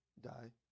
die